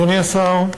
אדוני השר,